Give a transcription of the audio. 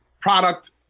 product